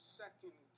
second